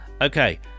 Okay